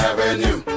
Avenue